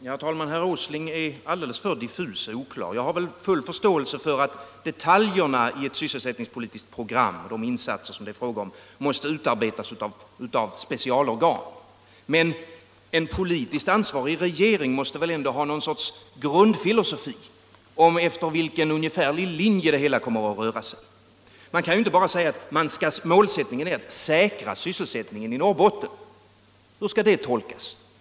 Herr talman! Herr Åsling är alldeles för diffus och oklar. Jag har full förståelse för att detaljerna i ett sysselsättningspolitiskt program och de insatser som det är fråga om måste utformas av specialorgan, men en politiskt ansvarig regering måste väl ha någon sorts grundfilosofi om vilken ungefärlig linje man skall välja. Man kan inte bara säga att målsättningen är att ”säkra sysselsättningen i Norrbotten”. Hur skall det tolkas?